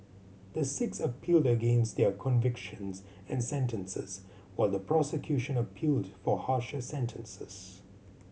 the six appealed against their convictions and sentences while the prosecution appealed for harsher sentences